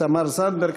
תמר זנדברג,